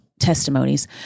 testimonies